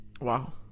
Wow